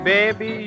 Baby